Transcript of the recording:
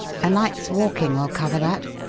a night's walking will cover that.